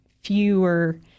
fewer